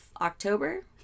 October